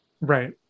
Right